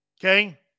Okay